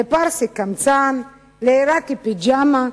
לפרסי, קמצן ולעירקי, פיג'מה.